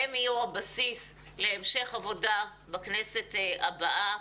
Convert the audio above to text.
הם יהיו הבסיס להמשך עבודה בכנסת הבאה.